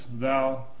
thou